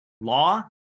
law